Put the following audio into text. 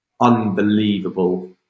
unbelievable